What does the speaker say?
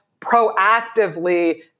proactively